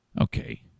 Okay